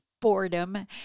boredom